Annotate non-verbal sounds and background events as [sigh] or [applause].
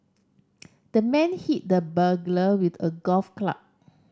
[noise] the man hit the burglar with a golf club